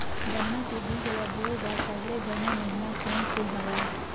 गन्ना के बीज ल बोय बर सबले बने महिना कोन से हवय?